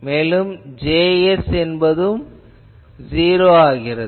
மேலும் Js என்பது '0' ஆகும்